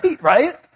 right